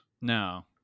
no